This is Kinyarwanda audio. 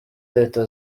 leta